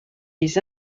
les